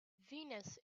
venus